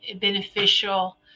beneficial